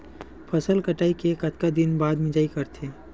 फसल कटाई के कतका दिन बाद मिजाई करथे?